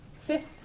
Fifth